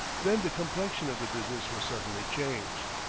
then the complexion of the business was suddenly changed.